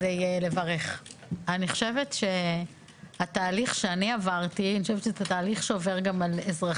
וכל פעם שכחתי עד שיום אחד הוא אמר לי: לא הבאת שקיות מרימים בידיים.